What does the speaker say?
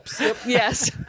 Yes